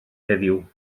heddiw